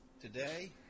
Today